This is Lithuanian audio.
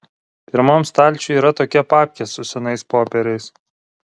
pirmam stalčiuj yra tokia papkė su senais popieriais